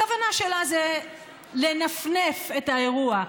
הכוונה שלה זה לנפנף את האירוע,